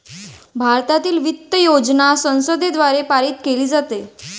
भारतातील वित्त योजना संसदेद्वारे पारित केली जाते